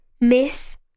Miss